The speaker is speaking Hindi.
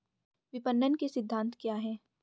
विपणन के सिद्धांत क्या हैं?